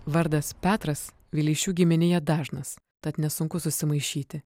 vardas petras vileišių giminėje dažnas tad nesunku susimaišyti